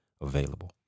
available